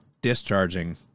discharging